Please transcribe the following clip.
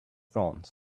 front